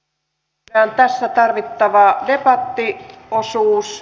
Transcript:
käydään tässä tarvittava debattiosuus